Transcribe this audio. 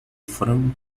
frango